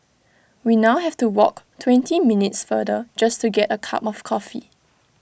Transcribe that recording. we now have to walk twenty minutes farther just to get A cup of coffee